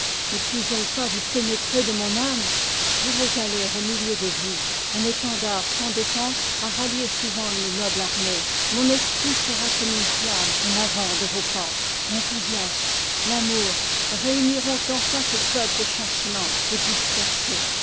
ne puis-je donc pas vous pénétrer de mon âme je veux aller au milieu de vous un éten dard sans défense a rallié souvent une noble ar mée mon esprit sera comme une flamme en avant de vos pas l'enthousiasme l'amour réu niront enfin ce peuple chancelant et dispersé